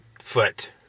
foot